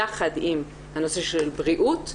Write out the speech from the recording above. יחד עם הנושא של בריאות,